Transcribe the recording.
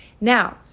Now